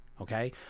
Okay